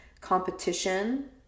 competition